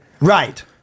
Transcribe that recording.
Right